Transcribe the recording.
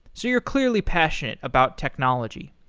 so you're clearly passionate about technology.